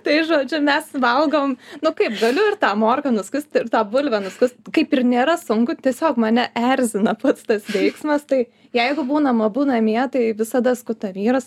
tai žodžiu mes valgom nu kaip galiu ir tą morką nuskusti ir tą bulvę nuskust kaip ir nėra sunku tiesiog mane erzina pats tas veiksmas tai jeigu būnam abu namie tai visada skuta vyras